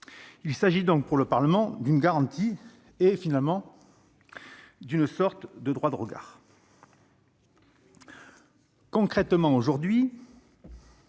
Il s'agit donc pour le Parlement d'une garantie, et finalement, d'une sorte de droit de regard.